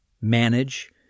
manage